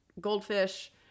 goldfish